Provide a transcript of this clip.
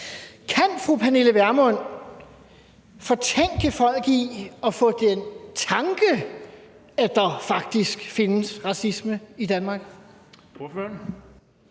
Kan fru Pernille Vermund fortænke folk i at få den tanke, at der faktisk findes racisme i Danmark?